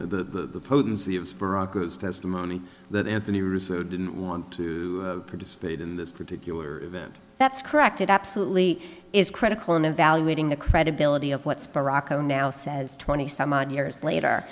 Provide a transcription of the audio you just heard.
the potency of testimony that anthony russo didn't want to participate in this particular event that's correct it absolutely is critical in evaluating the credibility of what's baracoa now says twenty some odd years later